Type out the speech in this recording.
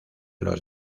los